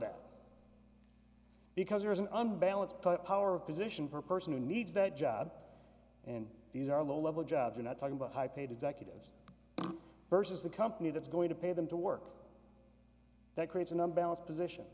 that because there is an unbalance put power of position for a person who needs that job and these are low level jobs are not talking about high paid executives versus the company that's going to pay them to work that creates an umbrella position